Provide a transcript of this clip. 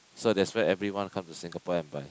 so that's why everyone come to Singapore and buy